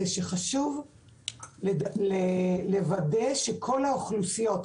זה שחשוב לוודא שכל האוכלוסיות,